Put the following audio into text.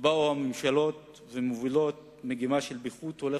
באות הממשלות ומובילות מגמה של פיחות הולך